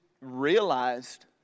realized